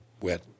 wet